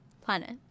planet